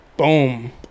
Boom